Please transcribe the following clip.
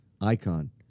icon